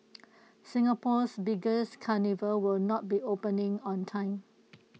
Singapore's biggest carnival will not be opening on time